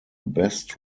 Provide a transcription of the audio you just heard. best